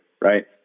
right